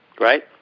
right